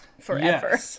forever